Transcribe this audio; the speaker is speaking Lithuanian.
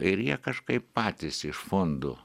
ir jie kažkaip patys iš fondų